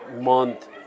month